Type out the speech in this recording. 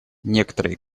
некоторые